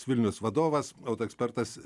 vilnius vadovas auto ekspertas